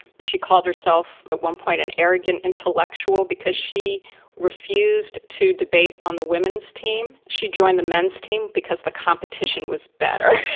she called herself, at but one point, an arrogant intellectual because she refused to debate on the women's team. she joined the men's team because the competition was better,